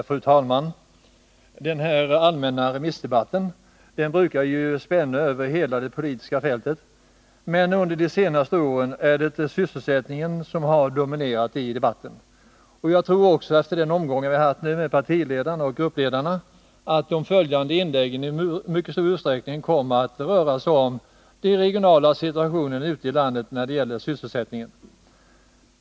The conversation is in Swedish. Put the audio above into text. Fru talman! Den allmänpolitiska debatten brukar spänna över hela det politiska fältet, men under de senaste åren har sysselsättningsfrågorna dominerat i debatten. Jag tror också att de inlägg som nu följer, efter den debattomgång vi har haft med partiledarna och gruppledarna, i mycket stor utsträckning kommer att röra sig om de regionala problemen när det gäller sysselsättningen ute i landet.